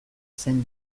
zen